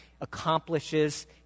accomplishes